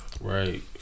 Right